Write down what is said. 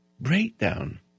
breakdown